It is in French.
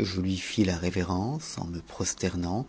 je lui fis la révérence en me prosternant